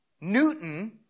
Newton